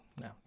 no